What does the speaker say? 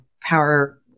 power